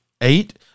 Eight